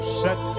set